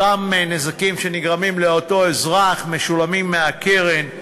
אותם נזקים שנגרמים לאותו אזרח משולמים מהקרן,